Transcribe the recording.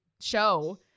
show